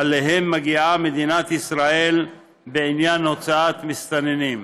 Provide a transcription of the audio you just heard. שאליהן מגיעה מדינת ישראל בעניין הוצאת מסתננים.